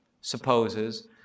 supposes